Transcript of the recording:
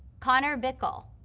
connor bickel,